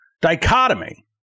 dichotomy